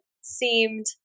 seemed